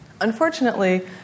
Unfortunately